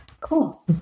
Cool